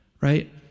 right